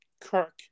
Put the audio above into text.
Kirk